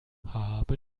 haben